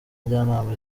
njyanama